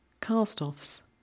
Cast-offs